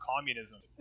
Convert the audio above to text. communism